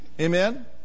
Amen